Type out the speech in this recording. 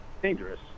dangerous